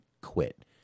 quit